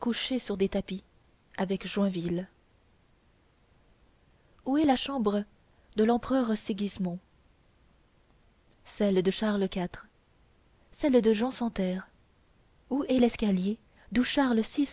couché sur des tapis avec joinville où est la chambre de l'empereur sigismond celle de charles iv celle de jean sans terre où est l'escalier d'où charles vi